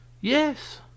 Yes